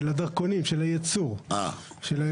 זה היה